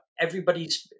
everybody's